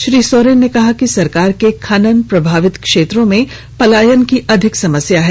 श्री सोरेन कहा कि झारखंड के खनन प्रभावित क्षेत्रों में पलायन की अधिक समस्या है